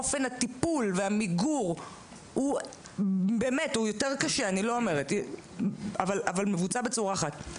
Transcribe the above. ואופן הטיפול והמיגור הוא באמת יותר קשה אבל מבוצע בצורה אחת.